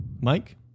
Mike